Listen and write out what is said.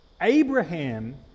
abraham